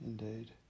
Indeed